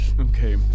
okay